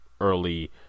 early